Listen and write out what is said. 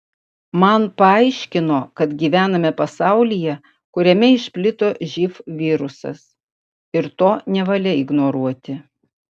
man paaiškino kad gyvename pasaulyje kuriame išplito živ virusas ir to nevalia ignoruoti